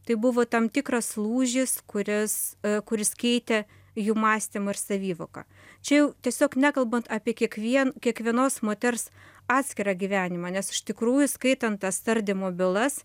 tai buvo tam tikras lūžis kuris kuris keitė jų mąstymą ir savivoką čia jau tiesiog nekalbant apie kiekvien kiekvienos moters atskirą gyvenimą nes iš tikrųjų skaitant tas tardymo bylas